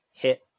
hit